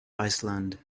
iceland